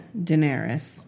Daenerys